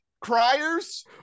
criers